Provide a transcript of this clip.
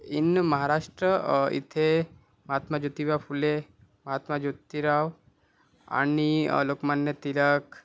in Maharashtra इथे महात्मा जोतिबा फुले महात्मा जोतीराव आणि लोकमान्य टिळक